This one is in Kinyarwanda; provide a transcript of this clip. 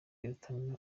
rutanga